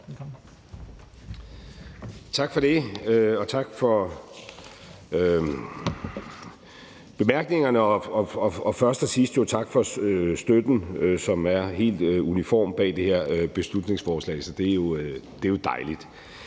Tak for det, tak for bemærkningerne, og først og sidst jo tak for støtten, som er helt uniform, bag det her beslutningsforslag. Det er jo dejligt,